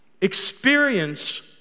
experience